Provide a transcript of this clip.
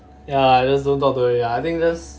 ya I just don't talk to her already ah I think just